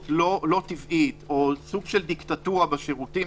לא טבעית או סוג של דיקטטורה בשירותים,